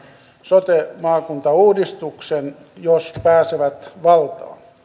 sote maakuntauudistuksen jos he pääsevät valtaan